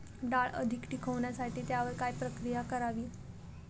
डाळ अधिक टिकवण्यासाठी त्यावर काय प्रक्रिया करावी?